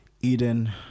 Eden